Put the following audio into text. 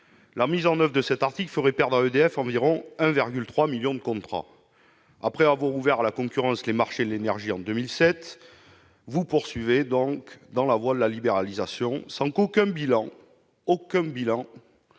La mise en oeuvre de cet article ferait perdre à EDF environ 1,3 million de contrats. Après avoir ouvert à la concurrence les marchés de l'énergie en 2007, vous poursuivez dans la voie de la libéralisation, sans qu'aucun bilan de ses